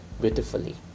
beautifully